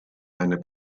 eine